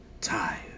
Tired